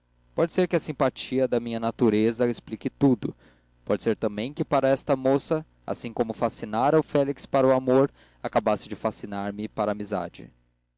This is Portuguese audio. pode ser que a simpatia da minha natureza explique tudo pode ser também que esta moça assim como fascinara o félix para o amor acabasse de fascinar me para a amizade